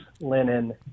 linen